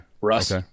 russ